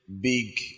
big